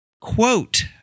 quote